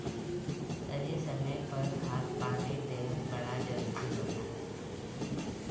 सही समय पर खाद पानी देहल बड़ा जरूरी होला